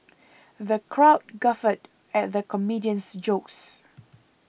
the crowd guffawed at the comedian's jokes